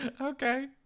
Okay